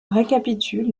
récapitule